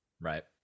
right